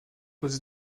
aux